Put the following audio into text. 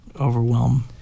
overwhelm